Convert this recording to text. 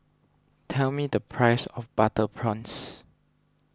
tell me the price of Butter Prawns